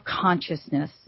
consciousness